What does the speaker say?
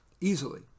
easily